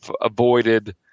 avoided